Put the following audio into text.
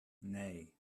nee